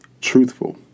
truthful